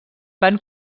van